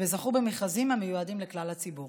וזכו במכרזים המיועדים לכלל הציבור.